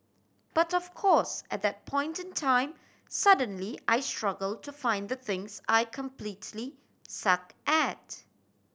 but of course at that point in time suddenly I struggle to find the things I completely suck at